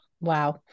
wow